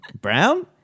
Brown